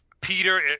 Peter